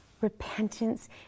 repentance